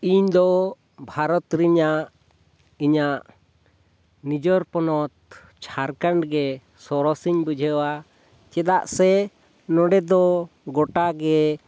ᱤᱧᱫᱚ ᱵᱷᱟᱨᱚᱛ ᱨᱮᱭᱟᱜ ᱤᱧᱟᱹᱜ ᱱᱤᱡᱚᱨ ᱯᱚᱱᱚᱛ ᱡᱷᱟᱲᱠᱷᱚᱸᱰᱜᱮ ᱥᱚᱨᱮᱥᱤᱧ ᱵᱩᱡᱷᱟᱹᱣᱟ ᱪᱮᱫᱟᱜ ᱥᱮ ᱱᱚᱰᱮᱫᱚ ᱜᱚᱴᱟᱜᱮ